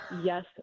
Yes